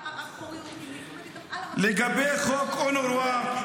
לגבי חוק אונר"א,